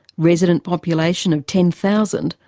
resident population of ten thousand,